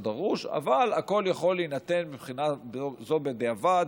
אבל הכול יכול להינתן מבחינה זו בדיעבד,